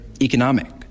economic